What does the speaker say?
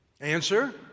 Answer